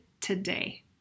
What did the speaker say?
today